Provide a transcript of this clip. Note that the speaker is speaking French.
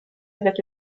avec